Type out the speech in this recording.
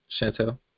Chantel